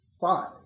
five